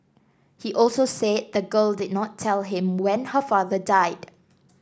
he also said the girl did not tell him when her father died